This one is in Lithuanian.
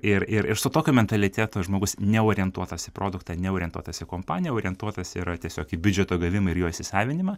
ir ir ir su tokiu mentalitetu žmogus neorientuotas į produktą neorientuotas į kompaniją orientuotas yra tiesiog į biudžeto gavimą ir jo įsisavinimą